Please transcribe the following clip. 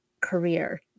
career